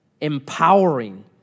empowering